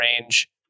range